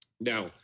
Now